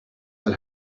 but